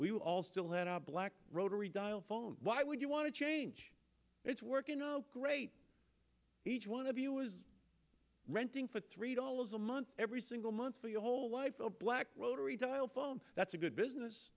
were all still had our black rotary dial phone why would you want to change it's working out great each one of you was renting for three dollars a month every single month for your whole life a black rotary dial phone that's a good business